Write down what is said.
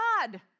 God